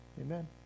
Amen